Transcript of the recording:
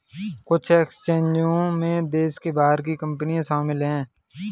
कुछ एक्सचेंजों में देश के बाहर की कंपनियां शामिल होती हैं